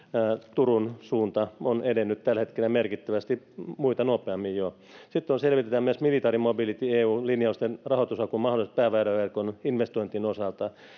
turun suunta ovat edenneet tällä hetkellä merkittävästi muita nopeammin jo sitten selvitetään myös military mobility eu linjausten rahoitushakumahdollisuudet pääväyläverkon investointien osalta